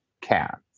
cats